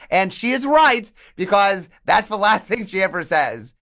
and she is right because that's the last thing she ever says